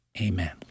Amen